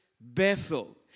Bethel